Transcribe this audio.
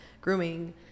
grooming